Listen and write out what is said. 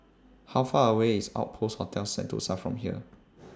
How Far away IS Outpost Hotel Sentosa from here